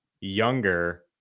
younger